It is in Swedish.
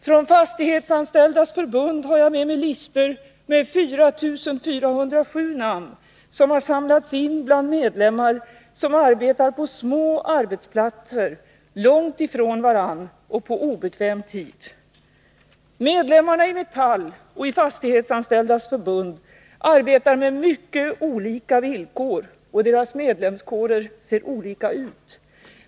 Från Fastighetsanställdas förbund har jag med mig listor med 4 407 namn, som har samlats in bland medlemmar som arbetar på små arbetsplatser, långt ifrån varann och på obekväm tid. Medlemmarna i Metall och i Fastighetsanställdas förbund arbetar under mycket olika villkor, och deras medlemskårer ser olika ut.